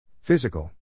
Physical